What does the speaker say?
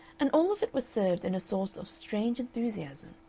and all of it was served in a sauce of strange enthusiasm,